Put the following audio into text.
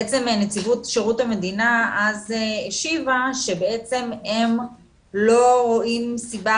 ונציבות שירות המדינה השיבה שבעצם הם לא רואים סיבה,